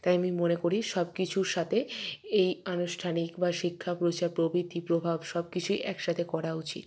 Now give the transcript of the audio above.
তাই আমি মনে করি সব কিছুর সাথে এই আনুষ্ঠানিক বা শিক্ষা প্রচার প্রভৃতি প্রভাব সবকিছুই একসাথে করা উচিত